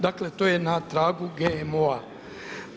Dakle, to je na tragu GMO-a.